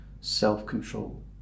self-control